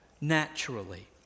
naturally